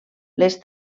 les